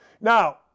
Now